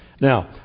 Now